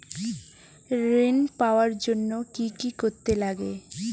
ঋণ পাওয়ার জন্য কি কি করতে লাগে?